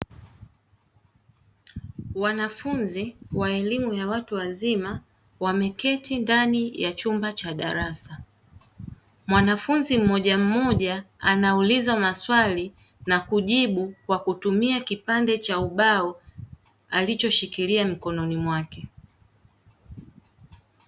Wanafunzi wa elimu ya watu wazima, wameketi ndani ya chumba cha darasa. Mwanafunzi mmojammoja anauliza maswali na kujibu kwa kutumia kipande cha ubao, alichoshikilia mikononi mwake.